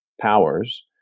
Powers